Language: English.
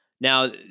Now